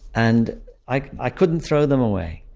and i i couldn't throw them away.